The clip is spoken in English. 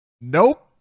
Nope